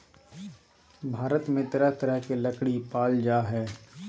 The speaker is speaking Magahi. भारत में तरह तरह के लकरी पाल जा हइ